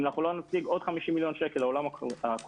אם אנחנו לא נשיג עוד 50 מיליון שקלים לעולם הקולנוע,